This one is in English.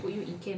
what COVID